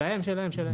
שלהם, שלהם.